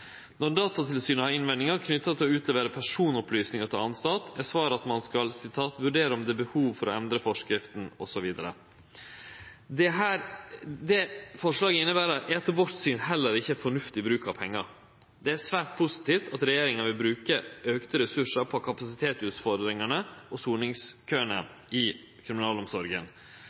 Når Datatilsynet har innvendingar knytte til å utlevere personopplysningar til anstalt, er svaret at man skal «vurdere om det er behov for å endre forskriften Det dette forslaget inneber, er etter vårt syn heller ikkje fornuftig bruk av pengar. Det er svært positivt at regjeringa vil bruke auka ressursar på kapasitetsutfordringane og